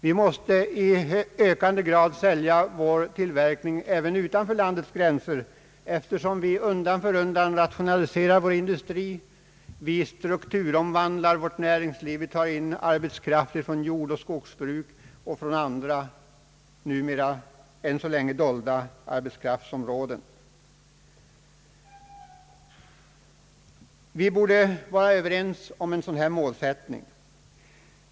Vi måste i ökande grad sälja vår tillverkning även utanför landets gränser, eftersom vi undan för undan rationaliserar vår industri, vi strukturomvandlar vårt näringsliv, vi tar arbetskraft från jordoch skogsbruk och från andra än så länge dolda arbetskraftsområden. Vi borde vara överens om en sådan målsättning.